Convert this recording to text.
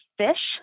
fish